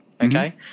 Okay